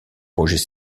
projets